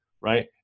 right